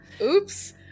oops